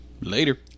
Later